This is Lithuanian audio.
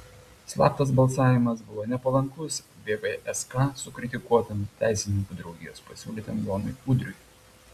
slaptas balsavimas buvo nepalankus vvsk sukritikuotam teisininkų draugijos pasiūlytam jonui udriui